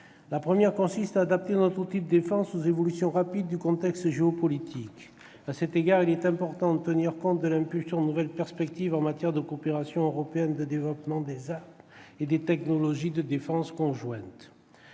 ambitions consiste à adapter notre outil de défense aux évolutions rapides du contexte géopolitique. À cet égard, il est important de tenir compte de l'ouverture de nouvelles perspectives en matière de coopération européenne de développement des armes et des technologies de défense conjointe.